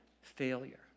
failure